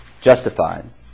justified